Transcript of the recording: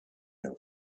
him